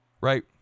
Right